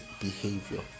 behavior